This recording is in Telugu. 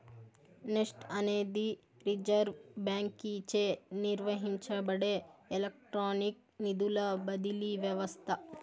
నెస్ట్ అనేది రిజర్వ్ బాంకీచే నిర్వహించబడే ఎలక్ట్రానిక్ నిధుల బదిలీ వ్యవస్త